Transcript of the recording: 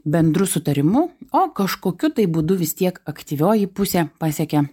bendru sutarimu o kažkokiu tai būdu vis tiek aktyvioji pusė pasiekia